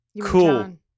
cool